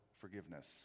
forgiveness